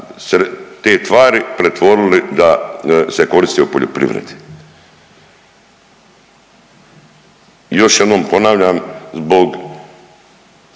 te tvari pretvorili da se koristi u poljoprivredi. Još jednom ponavljam zbog